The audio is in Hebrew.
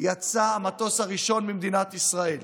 יצא המטוס הראשון ממדינת ישראל